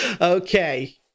Okay